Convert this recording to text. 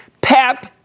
PEP